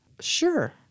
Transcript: Sure